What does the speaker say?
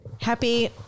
happy